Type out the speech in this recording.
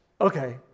okay